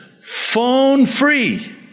phone-free